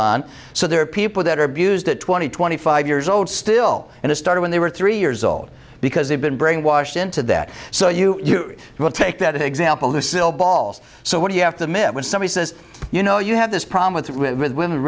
on so there are people that are abused at twenty twenty five years old still and it started when they were three years old because they've been brainwashed into that so you will take that example who still balls so what do you have to admit when somebody says you know you have this problem with with w